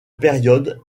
période